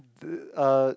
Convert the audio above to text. uh